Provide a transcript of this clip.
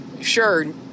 Sure